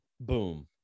Boom